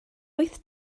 wyth